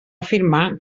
afirmar